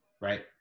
right